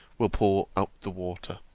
will pour out the water.